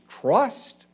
trust